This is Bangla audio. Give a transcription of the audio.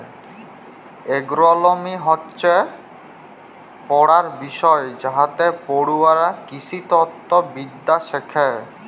এগ্রলমি হচ্যে পড়ার বিষয় যাইতে পড়ুয়ারা কৃষিতত্ত্ব বিদ্যা শ্যাখে